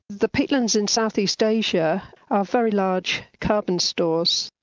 the peatlands in southeast asia are very large carbon stores.